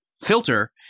Filter